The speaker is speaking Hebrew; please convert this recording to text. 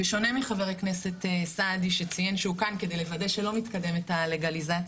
בשונה מחבר הכנסת סעדי שציין שהוא כאן כדי לוודא שלא מתקדמת הלגליזציה,